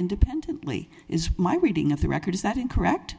independently is my reading of the record is that incorrect